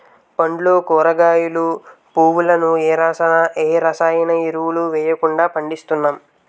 పండ్లు కూరగాయలు, పువ్వులను ఏ రసాయన ఎరువులు వెయ్యకుండా పండిస్తున్నాం